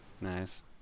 Nice